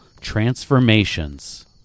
transformations